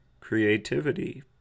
Creativity